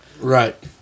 right